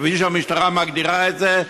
כפי שהמשטרה מגדירה את זה,